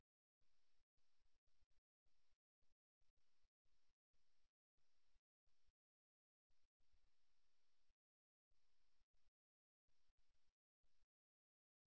அவசரநிலைக்கான காரணங்கள் கால்களைக் கவரும் காரணங்கள் நிலைமையைப் பற்றி மேலும் தெரிந்துகொள்வதற்கும் அதை திருப்திகரமாகத் தீர்ப்பதற்கும் உறுதியற்ற தன்மை ஏன் இருக்கிறது என்பதைத் தொடர்புகொள்வோர் முயற்சிக்க வேண்டும்